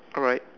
all right